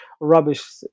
rubbish